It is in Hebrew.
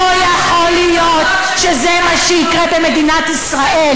לא יכול להיות שזה מה שיקרה במדינת ישראל,